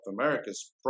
America's